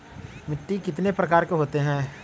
मिट्टी कितने प्रकार के होते हैं?